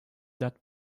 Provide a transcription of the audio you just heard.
that